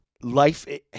life